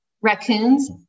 raccoons